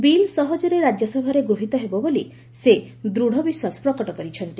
bill ସହଜରେ ରାଜ୍ୟସଭାରେ ଗୃହୀତ ହେବ ବୋଲି ସେ ଦୂଢ଼ ବିଶ୍ୱାସ ପ୍ରକଟ କରିଚ୍ଛନ୍ତି